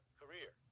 career